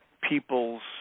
people's